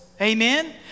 Amen